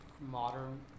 modern